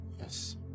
yes